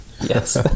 Yes